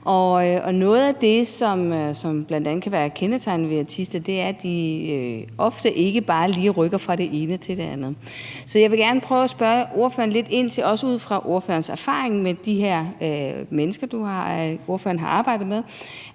Noget af det, som bl.a. kan være kendetegnende ved autister, er, at de ofte ikke bare lige rykker fra det ene til det andet. Så jeg vil gerne prøve at spørge ordføreren lidt ind til noget, også ud fra ordførerens erfaring med de her mennesker, ordføreren har arbejdet med.